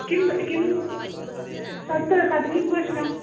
किं किं तद् का तद् किं प्रश्नं